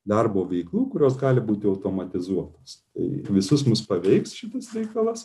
darbo veiklų kurios gali būti automatizuotos tai visus mus paveiks šitas reikalas